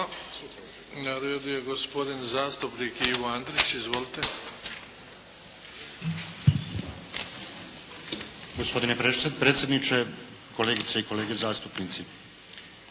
Na redu je gospodin zastupnik Ivo Andrić. Izvolite. **Andrić, Ivo (HDZ)** Gospodine predsjedniče, kolegice i kolege zastupnici.